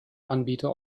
anbieter